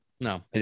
No